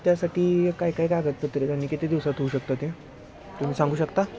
त्यासाठी काय काय कागदपत्रं आणि किती दिवसात होऊ शकतं ते तुम्ही सांगू शकता